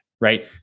Right